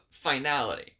finality